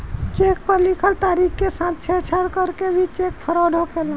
check पर लिखल तारीख के साथ छेड़छाड़ करके भी चेक फ्रॉड होखेला